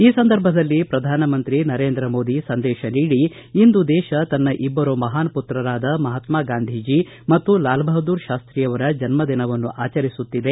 ಈ ಸಂದರ್ಭದಲ್ಲಿ ಪ್ರಧಾನಮಂತ್ರಿ ನರೇಂದ್ರ ಮೋದಿ ಸಂದೇಶ ನೀಡಿ ಇಂದು ದೇಶ ತನ್ನ ಇಬ್ಬರು ಮಹಾನ್ ಮತ್ರರಾದ ಮಹಾತ್ಮಾ ಗಾಂಧಿ ಮತ್ತು ಲಾಲ್ ಬಹಾದ್ದೂರ್ ಶಾಸ್ತೀ ಅವರ ಜನ್ಮ ದಿನವನ್ನು ಆಚರಿಸುತ್ತಿದೆ